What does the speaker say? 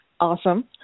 Awesome